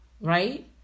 right